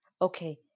Okay